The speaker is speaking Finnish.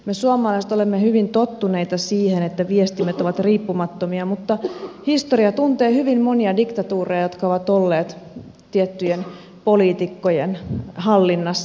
me suomalaiset olemme hyvin tottuneita siihen että viestimet ovat riippumattomia mutta historia tuntee hyvin monia diktatuureja jotka ovat olleet tiettyjen poliitikkojen hallinnassa